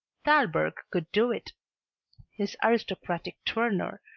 thalberg could do it his aristocratic tournure,